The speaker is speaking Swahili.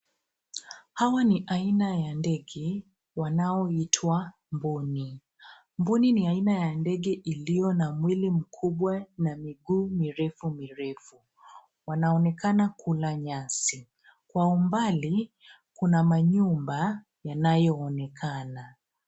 Hawa ni aina ya ndege wanaoitwa mbuni. Mbuni ni aina ya ndege iliyo na mwili mkubwa na miguu mirefu, mirefu. Wanaonekana kula nyasi. Kwa umbali kuna manyumba yanayoonekana.